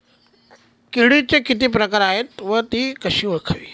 किडीचे किती प्रकार आहेत? ति कशी ओळखावी?